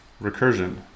Recursion